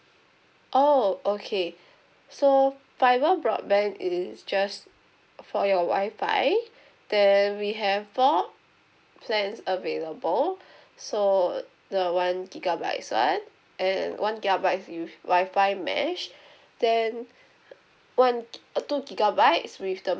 oh okay so fiber broadband is just for your wifi then we have four plans available so uh the one gigabytes [one] and one gigabyte you wifi mesh then one uh two gigabytes with the